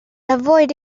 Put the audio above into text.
avoid